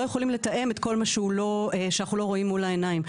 יכולים לתאם את כל מה שאנחנו לא רואים מול העיניים.